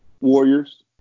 Warriors